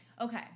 Okay